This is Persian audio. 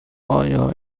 آیا